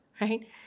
Right